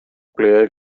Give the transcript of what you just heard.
players